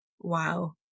Wow